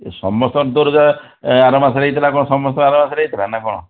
ଯେ ସମସ୍ତଙ୍କ ତୋର ଯାହା ଆର ମାସରେ ହୋଇଥିଲା କ'ଣ ସମସ୍ତଙ୍କର ଆର ମାସରେ ହୋଇଥିଲା ନା କ'ଣ